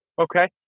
Okay